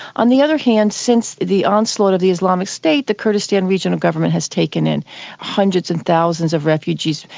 on the other hand, since the onslaught of the islamic state, the kurdistan regional government has taken in hundreds and thousands of refugees.